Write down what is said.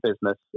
business